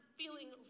feeling